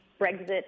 Brexit